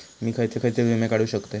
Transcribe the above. मी खयचे खयचे विमे काढू शकतय?